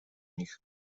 nich